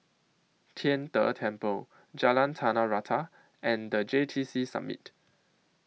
Tian De Temple Jalan Tanah Rata and The J T C Summit